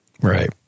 Right